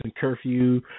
curfew